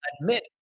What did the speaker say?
admit